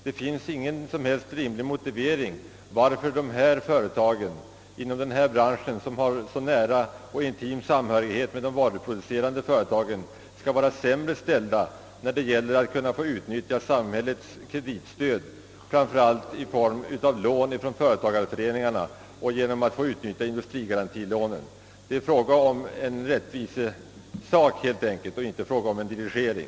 Det finns ingen som helst rimlig motivering till att företag inom denna bransch, som har så nära och intim samhörighet med de varuproducerande företagen, skall vara sämre ställda än dessa när det gäller att få utnyttja samhällets kreditstöd, framför allt i form av lån från företagarföreningarna och i form av industrigarantilån. Det är en fråga om rättvisa, inte en fråga om dirigering.